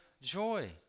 joy